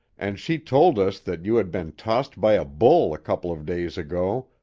and she told us that you had been tossed by a bull a couple of days ago,